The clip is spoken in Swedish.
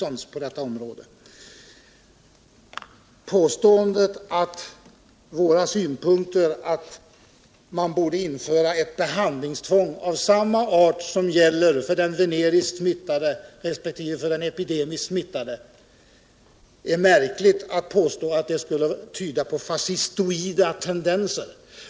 Det är ett märkligt påstående att vår mening, att man borde införa ett behandlingstvång av samma slag som gäller för veneriskt smittade resp. epidemiskt smittade personer, skulle tyda på fascistoida tendenser.